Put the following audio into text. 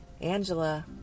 Angela